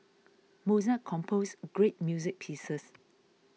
Mozart composed great music pieces